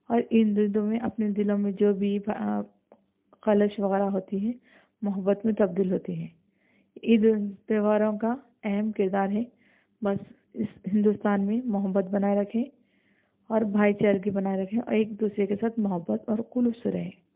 اور ان دیدوں میں اپنے دلوں میں جو بھی خلش وغیرہ ہوتی ہے محبت میں تبدیل ہوتی ہے عید ان تہواروں کا اہم کردار ہے بس اس ہندوستان میں محبت بنائے رکھیں اور بھائی چارگی بنائے رکھیں اور ایک دوسرے کے ساتھ محبت اور خلوص سے رہیں